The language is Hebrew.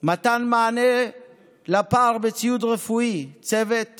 מתן מענה לפער בציוד רפואי, צוות